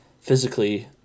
physically